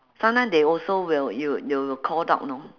sometime they also will will they will called out know